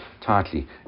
tightly